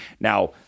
Now